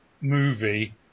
movie